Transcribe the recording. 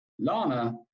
Lana